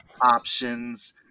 options